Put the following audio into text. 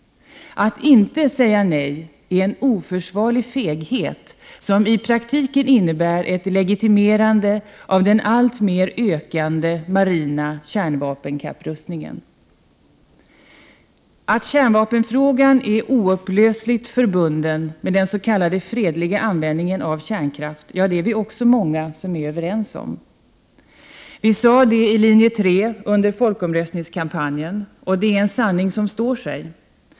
Att inte säga nej är en oförsvarlig feghet, som i praktiken innebär ett legitimerande av den alltmer ökande marina kärnvapenkapprustningen. Att kärnvapenfrågan är oupplösligt förbunden med den s.k. fredliga användningen av kärnkraft, ja, det är vi också många som är överens om. Vi sade det i linje 3 under folkomröstningskampanjen, och det är en sanning som står sig.